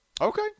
Okay